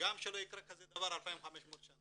גם כזה דבר שלא יקרה 2,500 שנה.